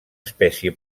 espècie